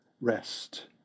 rest